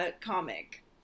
comic